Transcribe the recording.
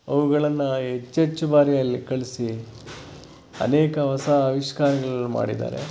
ಅವುಗಳನ್ನು ಹೆಚ್ಚೆಚ್ಚು ಬಾರಿ ಅಲ್ಲಿ ಕಳಿಸಿ ಅನೇಕ ಹೊಸ ಆವಿಷ್ಕಾರಗಳನ್ನು ಮಾಡಿದ್ದಾರೆ